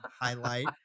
highlight